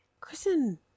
Kristen